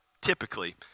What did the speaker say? typically